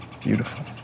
Beautiful